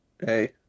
Hey